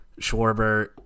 Schwarber